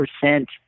percent